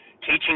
teaching